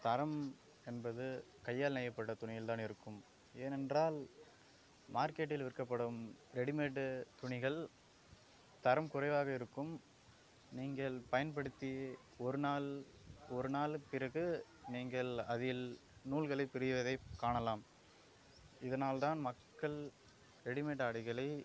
தரம் என்பது கையால் நெய்யப்பட்ட துணியில் தான் இருக்கும் ஏனென்றால் மார்க்கெட்டில் விற்கப்படும் ரெடிமேடு துணிகள் தரம் குறைவாக இருக்கும் நீங்கள் பயன்படுத்திய ஒரு நாள் ஒரு நாளுக்கு பிறகு நீங்கள் அதில் நூல்களை பிரிவதை காணலாம் இதனால் தான் மக்கள் ரெடிமேட் ஆடைகளை